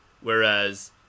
whereas